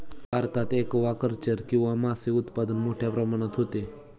भारतात ॲक्वाकल्चर किंवा मासे उत्पादन मोठ्या प्रमाणात होते